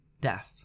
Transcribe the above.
death